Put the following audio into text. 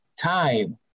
time